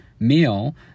meal